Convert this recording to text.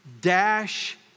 dash